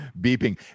beeping